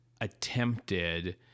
attempted